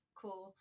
cool